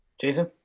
Jason